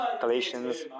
Galatians